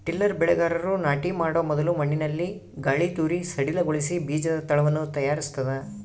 tiller ಬೆಳೆಗಾರರು ನಾಟಿ ಮಾಡೊ ಮೊದಲು ಮಣ್ಣಿನಲ್ಲಿ ಗಾಳಿತೂರಿ ಸಡಿಲಗೊಳಿಸಿ ಬೀಜದ ತಳವನ್ನು ತಯಾರಿಸ್ತದ